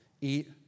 eat